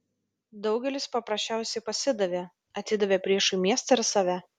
daugelis paprasčiausiai pasidavė atidavė priešui miestą ir save